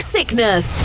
Sickness